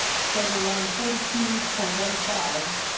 starting line forty two point one five